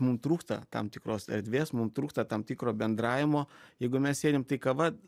mum trūksta tam tikros erdvės mum trūksta tam tikro bendravimo jeigu mes sėdim tai kava